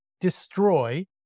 destroy